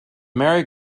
merry